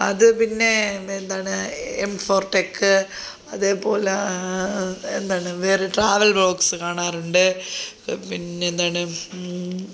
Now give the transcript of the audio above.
അത് പിന്നേ എന്താണ് എം ഫോർ ടെക്ക് അതേപോല എന്താണ് വേറെ ട്രാവൽ വ്ളോഗ്സ് കാണാറുണ്ട് പെ പിന്നെന്താണ്